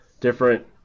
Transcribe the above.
different